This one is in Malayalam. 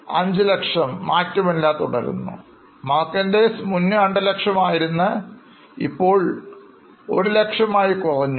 Shop 500000 മാറ്റമില്ലാതെ തുടരുന്നു Merchandise മുന്നേ 200000 ആയിരുന്നത് ഇപ്പോൾ അത് 100000 ആയി കുറഞ്ഞു